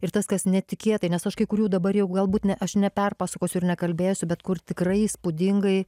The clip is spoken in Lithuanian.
ir tas kas netikėtai nes aš kai kurių dabar jau galbūt ne aš neperpasakosiu ir nekalbėjusi bet kur tikrai įspūdingai